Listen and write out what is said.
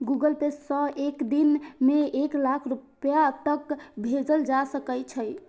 Google Pay सं एक दिन मे एक लाख रुपैया तक भेजल जा सकै छै